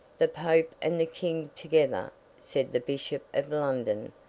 the pope and the king together said the bishop of london,